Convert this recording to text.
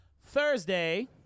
Thursday